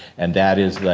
and that is, like